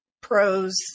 pros